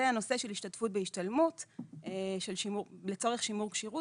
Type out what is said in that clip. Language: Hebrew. זה הנושא של השתתפות בהשתלמות לצורך שימור כשירות,